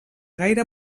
gaire